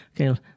Okay